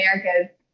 America's